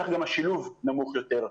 כך גם השילוב נמוך יותר.